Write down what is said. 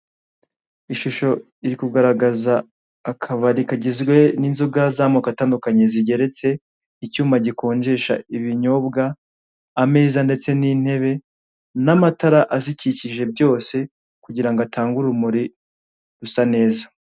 Ishusho iri kugaragaza akabari kagizwe n'inzoga z'amoko atandukanye zigeretse, icyuma gikonjesha ibinyobwa, ameza ndetse n'intebe, n'amatara azikikije byose kugira ngo atange urumuri rusa neza.